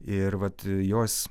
ir vat jos